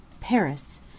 Paris